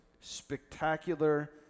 spectacular